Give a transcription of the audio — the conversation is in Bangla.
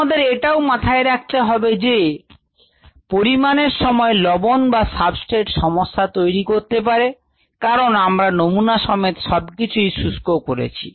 তোমাদের এটাও মাথায় রাখতে হবে যে পরিমাপের সময় লবণ বা সাবস্ট্রেট সমস্যা তৈরি করতে পারে কারণ আমরা নমুনা সমেত সবকিছুই শুষ্ক করেছি